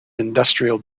industrial